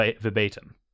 verbatim